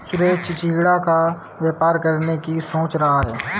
सुरेश चिचिण्डा का व्यापार करने की सोच रहा है